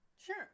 Sure